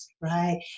right